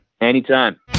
Anytime